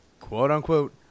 quote-unquote